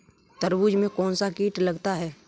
तरबूज में कौनसा कीट लगता है?